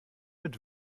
mit